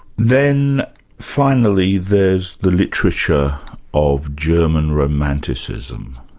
then finally, there's the literature of german romanticism.